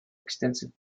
extensive